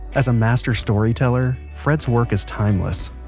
as a master storyteller, fred's work is timeless.